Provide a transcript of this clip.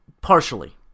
partially